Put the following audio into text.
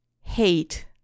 hate